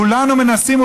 כולנו מנסים,